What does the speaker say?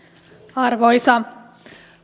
arvoisa